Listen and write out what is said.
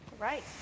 right